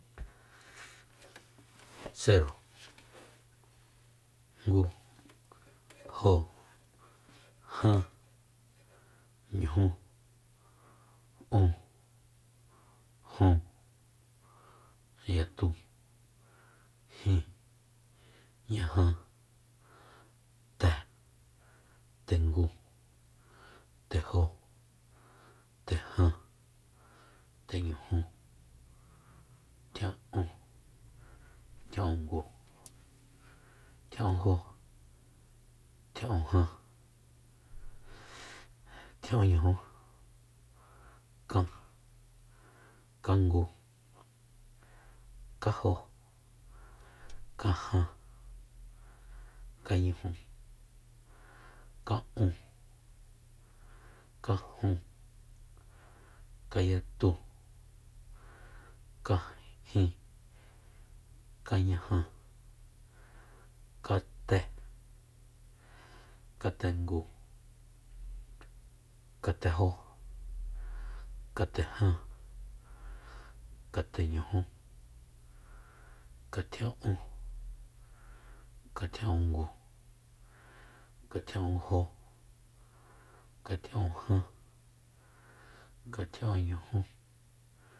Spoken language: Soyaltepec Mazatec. Sero ngu jo jan ñujú ún jun yatu jin ñaja te tengu tejó tejan teñujú tjia'un tjia'ungu tjia'unjó tjia'unjan tjia'unñujú kan kangu kajo kajan kañuju ka'un kajun kanyatu kajin kañaja kate katengu katejó katejan kateñujú katjia'un kajia'ungu katjia'unjó katjia'unjan katjia'unñujú